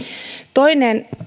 toinen